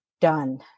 done